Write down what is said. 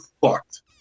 fucked